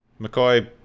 mccoy